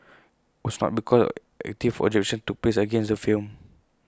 was not because active objection took place against the film